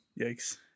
Yikes